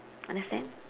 understand